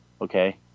Okay